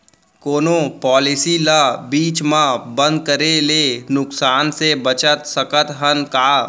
कोनो पॉलिसी ला बीच मा बंद करे ले नुकसान से बचत सकत हन का?